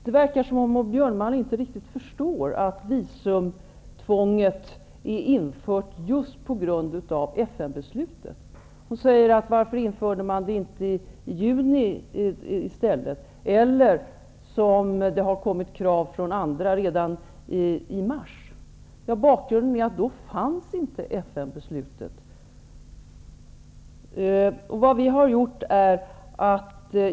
Det verkar som om Maud Björnemalm inte riktigt förstår att visumtvånget infördes just på grund av FN-beslutet. Hon frågar varför det inte infördes i juni eller, som har krävts av andra, redan i mars. Bakgrunden är att FN-beslutet inte fanns då.